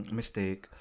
mistake